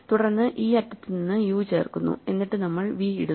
തുടർന്ന് ഈ അറ്റത്ത് നിന്ന് u ചേർക്കുന്നു എന്നിട്ട് നമ്മൾ v ഇടുന്നു